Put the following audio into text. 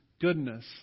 goodness